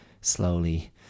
slowly